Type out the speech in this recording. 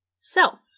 self